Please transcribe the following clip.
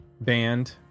band